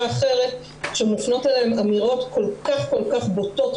אחרת כשמופנות אליהן אמירות כל כך בוטות,